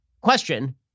question